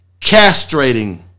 Castrating